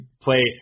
play